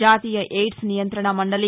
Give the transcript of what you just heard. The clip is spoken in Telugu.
జాతీయ ఎయిడ్స్ నియంత్రణా మండలి